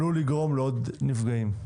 עלול לגרום לעוד נפגעים.